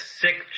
sick